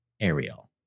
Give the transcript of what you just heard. Ariel